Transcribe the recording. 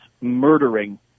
murdering